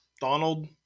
Donald